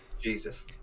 Jesus